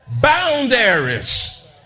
boundaries